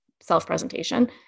self-presentation